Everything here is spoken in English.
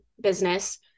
business